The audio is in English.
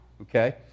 okay